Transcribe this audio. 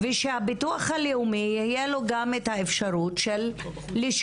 ושהביטוח הלאומי יהיה לו גם את האפשרות של לשקול